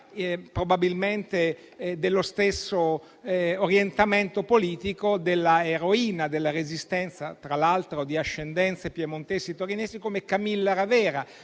probabilmente dello stesso orientamento politico di un'eroina della Resistenza, tra l'altro di ascendenze piemontesi e torinesi, come Camilla Ravera.